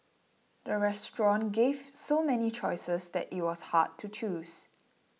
the restaurant gave so many choices that it was hard to choose